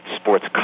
sports